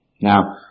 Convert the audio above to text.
Now